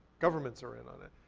governments are in on it.